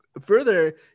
further